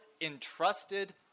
entrusted